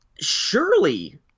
Surely